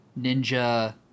ninja